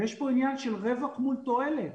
יש פה עניין של רווח מול תועלת,